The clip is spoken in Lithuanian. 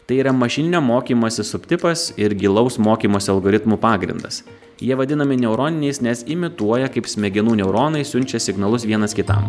tai yra mašininio mokymosi subtipas ir gilaus mokymosi algoritmų pagrindas jie vadinami neuroniniais nes imituoja kaip smegenų neuronai siunčia signalus vienas kitam